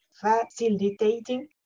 facilitating